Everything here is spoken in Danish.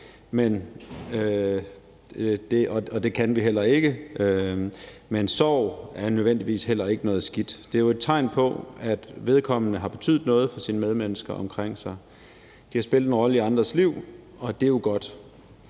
og det kan vi heller ikke, men sorg er nødvendigvis heller ikke noget skidt. Det er jo et tegn på, at vedkommende har betydet noget for sine medmennesker omkring sig, og at de har spillet en rolle i andres liv, og det er jo godt.